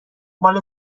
مال